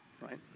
right